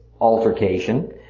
altercation